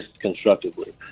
constructively